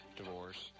divorce